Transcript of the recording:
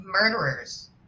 murderers